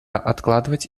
откладывать